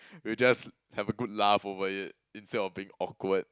you just have a good laugh over it instead of being awkward